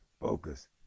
focus